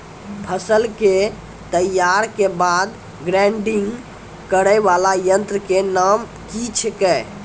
फसल के तैयारी के बाद ग्रेडिंग करै वाला यंत्र के नाम की छेकै?